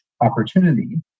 opportunity